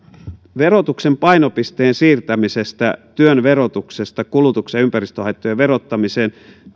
verotuksen painopisteen siirtämisestä työn verotuksesta kulutuksen ja ympäristöhaittojen verottamiseen